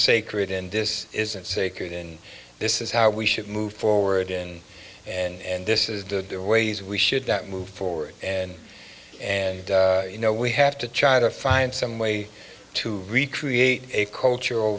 sacred and this isn't sacred and this is how we should move forward in and this is the ways we should that move forward and and you know we have to try to find some way to recruit a cultural